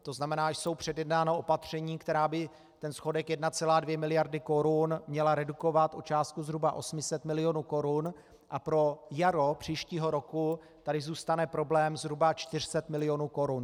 To znamená, jsou předjednána opatření, která by ten schodek 1,2 miliardy korun měla redukovat o částku zhruba 800 milionů korun a pro jaro příštího roku tady zůstane problém zhruba 400 milionů korun.